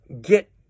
get